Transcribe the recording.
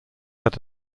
had